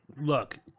look